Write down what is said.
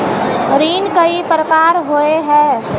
ऋण कई प्रकार होए है?